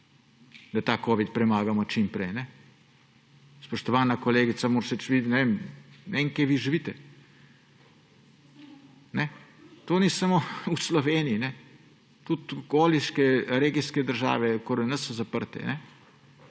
da ta covid premagamo čim prej. Spoštovana kolegica Muršič, ne vem, kje vi živite. To ni samo v Sloveniji, tudi okoliške regijske države okoli nas so zaprte.